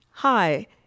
Hi